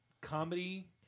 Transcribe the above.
Comedy